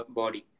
body